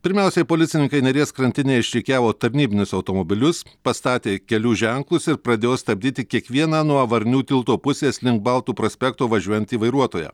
pirmiausiai policininkai neries krantinėje išrikiavo tarnybinius automobilius pastatė kelių ženklus ir pradėjo stabdyti kiekvieną nuo varnių tilto pusės link baltų prospekto važiuojantį vairuotoją